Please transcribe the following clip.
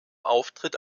auftritt